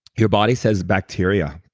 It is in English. your body says bacteria